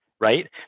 right